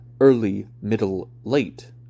early-middle-late